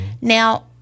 Now